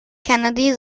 kennedy